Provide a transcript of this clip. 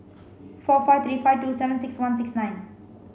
four five three five two seven six one six nine